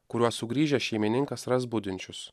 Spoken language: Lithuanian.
kuriuos sugrįžęs šeimininkas ras budinčius